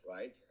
Right